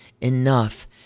enough